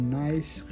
nice